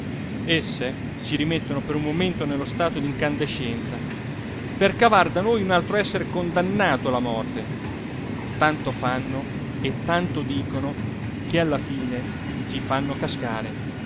esse ci rimettono per un momento nello stato di incandescenza per cavar da noi un altro essere condannato alla morte tanto fanno e tanto dicono che alla fine ci fanno cascare